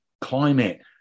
climate